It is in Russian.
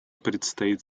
предстоит